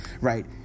Right